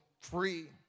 free